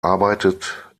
arbeitet